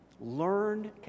Learned